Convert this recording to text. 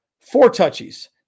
four-touchies